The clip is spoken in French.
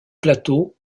plateaux